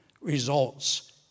results